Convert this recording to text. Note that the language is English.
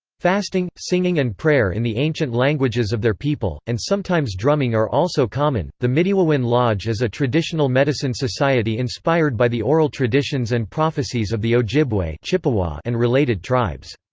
fasting, singing and prayer in the ancient languages of their people, and sometimes drumming are also common the midewiwin lodge is a traditional medicine society inspired by the oral traditions and prophesies of the ojibwa ojibwa and related tribes.